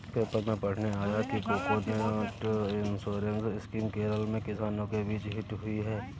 paper में पढ़ने आया कि कोकोनट इंश्योरेंस स्कीम केरल में किसानों के बीच हिट हुई है